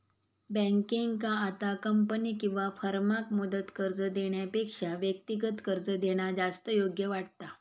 बँकेंका आता कंपनी किंवा फर्माक मुदत कर्ज देण्यापेक्षा व्यक्तिगत कर्ज देणा जास्त योग्य वाटता